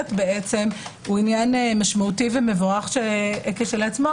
הוא עניין משמעותי ומבורך כשלעצמו,